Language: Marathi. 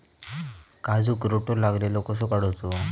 काजूक रोटो लागलेलो कसो काडूचो?